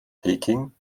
peking